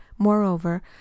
Moreover